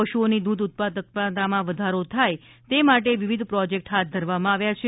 પશુઓની દૂધ ઉત્પાદકતામાં વધારો થાય તે માટે વિવિધ પ્રોજેક્ટ હાથ ધરવામાં આવ્યા છે